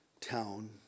town